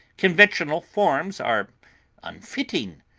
conventional forms are unfitting,